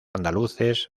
andaluces